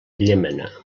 llémena